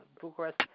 Bucharest